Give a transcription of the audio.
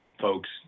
folks